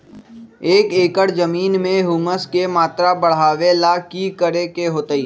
एक एकड़ जमीन में ह्यूमस के मात्रा बढ़ावे ला की करे के होतई?